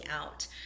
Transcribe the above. out